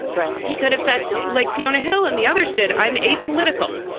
right? he could have said like fiona hill and the others did. i'm apolitical.